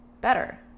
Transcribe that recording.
better